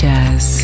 Jazz